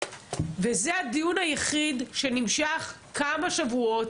וזה הדיון היחיד שנמשך כמה שבועות